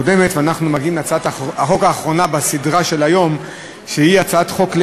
מי נגד הסתייגות מס' 2 לסעיף 5?